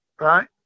Right